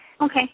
Okay